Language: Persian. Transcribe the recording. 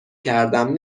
کردم